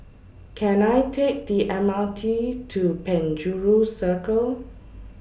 Can I Take The M R T to Penjuru Circle